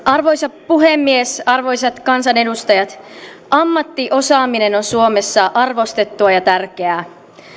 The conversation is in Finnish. arvoisa puhemies arvoisat kansanedustajat ammattiosaaminen on suomessa arvostettua ja tärkeää